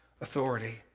authority